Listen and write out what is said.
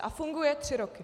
A funguje tři roky.